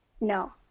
No